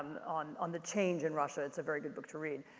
on on the change in russia, it's a very good book to read.